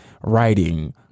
writing